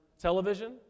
television